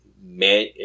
man